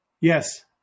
Yes